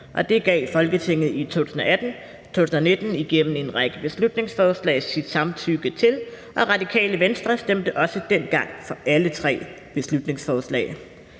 det gav Folketinget i 2018-19 igennem en række beslutningsforslag sit samtykke til, og Radikale Venstre stemte også dengang for alle tre beslutningsforslag.